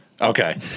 okay